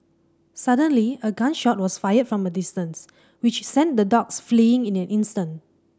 suddenly a gun shot was fired from a distance which sent the dogs fleeing in an instant